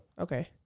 Okay